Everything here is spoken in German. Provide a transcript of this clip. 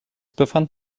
befand